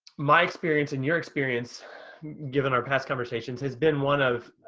my experience and your experience given our past conversations has been one of,